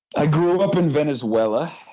i grew up in venezuela,